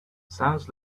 sounds